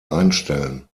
einstellen